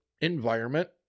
environment